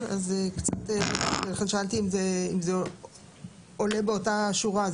ולכן שאלתי אם זה עולה באותה שורה.